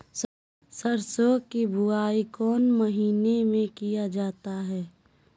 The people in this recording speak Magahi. सरसो की बोआई कौन महीने में किया जाता है?